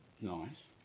Nice